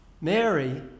Mary